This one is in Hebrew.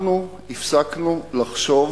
אנחנו הפסקנו לחשוב